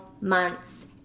months